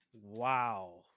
Wow